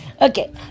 Okay